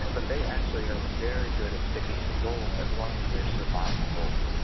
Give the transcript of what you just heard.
but they actually are very good at sticking with goals as long as they're survival goals.